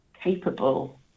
capable